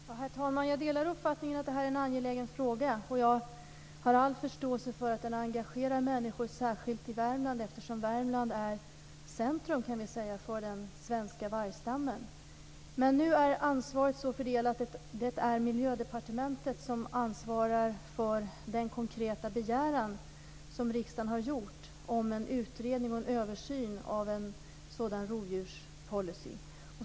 Herr talman! Jag delar uppfattningen att det här är en angelägen fråga, och jag har all förståelse för att den engagerar människor, särskilt i Värmland, eftersom Värmland kan sägas vara centrum för den svenska vargstammen. Nu är emellertid ansvaret så fördelat att det är Miljödepartementet som ansvarar för den konkreta begäran som riksdagen har gjort om en utredning och en översyn av en sådan rovdjurspolicy.